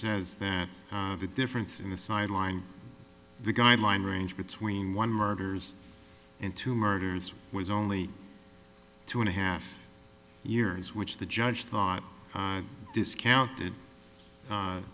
says that the difference in the sideline the guideline range between one murders and two murders was only two and a half years which the judge thought discounted